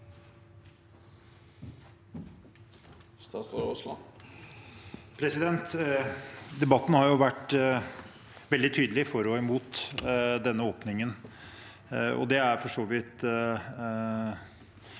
Debatten har vært veldig tydelig for og mot denne åpningen,